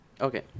Okay